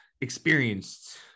experienced